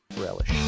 relish